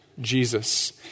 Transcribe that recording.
Jesus